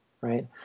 right